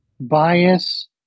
Bias